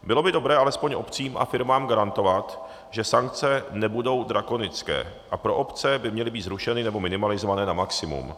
Bylo by dobré alespoň obcím a firmám garantovat, že sankce nebudou drakonické, a pro obce by měly být zrušeny nebo minimalizovány na maximum.